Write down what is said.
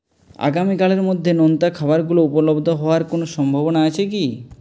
আগামীকালের মধ্যে নোনতা খাবার গুলো উপলব্ধ হওয়ার কোনও সম্ভাবনা আছে কি